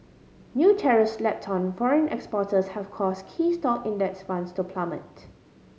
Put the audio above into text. new tariffs slapped on foreign exporters have caused key stock Index Funds to plummet